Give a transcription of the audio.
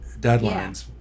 deadlines